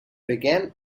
began